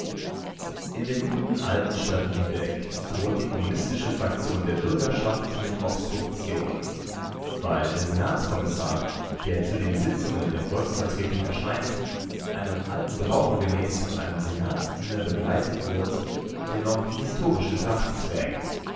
in der guten alten stadt lübeck droht die kommunistische fraktion der bürgerschaft mit obstruktion weil der senatskommissar der zu den sitzungen der volksvertretung erscheint einem alten brauche gemäß von einem senatsdiener begleitet wird der noch die historische tracht trägt